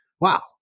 wow